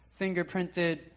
fingerprinted